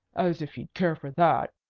as if he'd care for that.